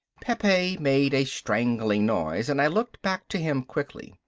pepe made a strangling noise and i looked back to him quickly.